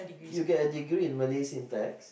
you get a degree in Malay syntax